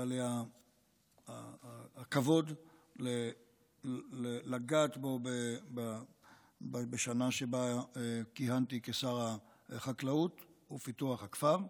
היה לי הכבוד לגעת בו בשנה שבה כיהנתי כשר החקלאות ופיתוח הכפר.